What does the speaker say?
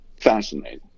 fascinating